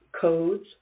codes